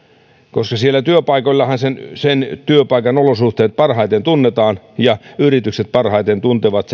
siellä työpaikoillahan sen sen työpaikan olosuhteet parhaiten tunnetaan ja yritykset tuntevat